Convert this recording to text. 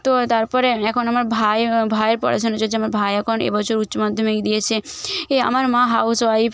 তো তারপরে এখন আমার ভাই ভাইয়ের পড়াশোনা চলছে আমার ভাই এখন এবছর উচ্চমাধ্যমিক দিয়েছে এ আমার মা হাউস ওয়াইফ